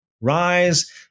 Rise